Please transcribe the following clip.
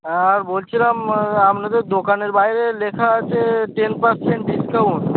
হ্যাঁ বলছিলাম আপনাদের দোকানের বাইরে লেখা আছে টেন পার্সেন্ট ডিসকাউন্ট